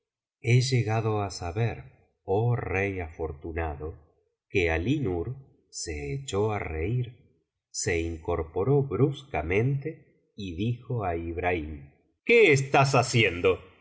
he llegado á saber oh rey afortunado que alínur se echó á reir se incorporó bruscamente y dijo á ibrahim qué estás haciendo